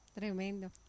tremendo